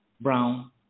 brown